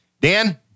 Dan